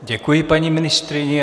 Děkuji paní ministryni.